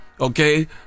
okay